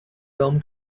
film